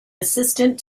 assistant